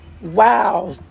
wow